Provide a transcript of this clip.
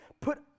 put